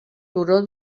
turó